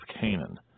Canaan